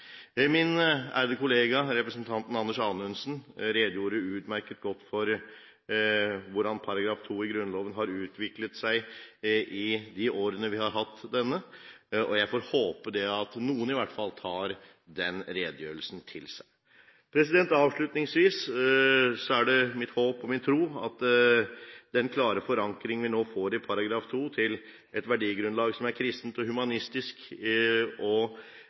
Min ærede kollega, representanten Anders Anundsen, redegjorde utmerket godt for hvordan § 2 i Grunnloven har utviklet seg i de årene vi har hatt denne, og jeg får håpe at noen i hvert fall tar den redegjørelsen til seg. Avslutningsvis er det mitt håp og min tro at den klare forankring vi nå får i § 2 til et verdigrunnlag som er kristent og humanistisk,